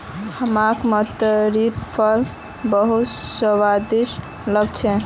हमाक तमरिंदेर फल बहुत स्वादिष्ट लाग छेक